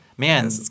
man